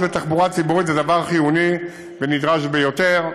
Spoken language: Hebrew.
בתחבורה הציבורית זה דבר חיוני ונדרש ביותר,